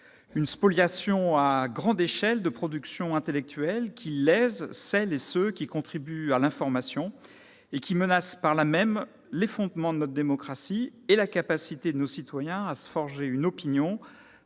une spoliation à grande échelle de productions intellectuelles, qui lèse celles et ceux qui contribuent à l'information et menace, par là même, les fondements de notre démocratie et la capacité de nos concitoyens à se forger une opinion